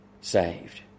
saved